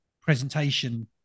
presentation